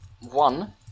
one